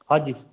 हा जी